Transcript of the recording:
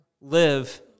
live